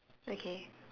okay